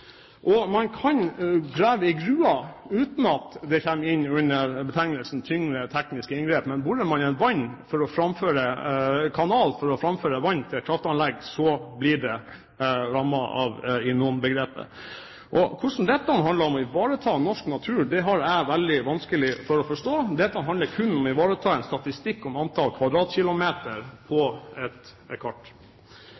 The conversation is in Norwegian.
Og man kan grave en gruve uten at det kommer inn under betegnelsen tyngre tekniske inngrep. Men borer man en kanal for å framføre vann til kraftanlegg, blir det rammet av INON-begrepet. Hvordan dette handler om å ivareta norsk natur, har jeg veldig vanskelig for å forstå. Dette handler kun om å ivareta en statistikk med antall kvadratkilometer på